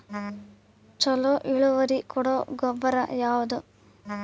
ಛಲೋ ಇಳುವರಿ ಕೊಡೊ ಗೊಬ್ಬರ ಯಾವ್ದ್?